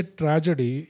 tragedy